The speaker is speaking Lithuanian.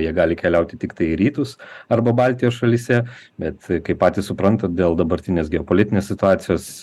jie gali keliauti tiktai į rytus arba baltijos šalyse bet kai patys suprantat dėl dabartinės geopolitinės situacijos